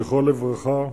זכרו לברכה,